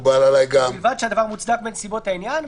ובלבד שהדבר מוצדק בנסיבות העניין.